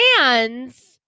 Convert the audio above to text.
hands